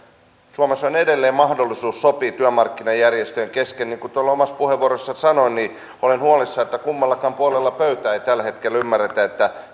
suomessa on edelleen mahdollisuus sopia työmarkkinajärjestöjen kesken ja niin kuin tuolla omassa puheenvuorossani sanoin olen huolissani että kummallakaan puolella pöytää ei tällä hetkellä ymmärretä että